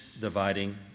dividing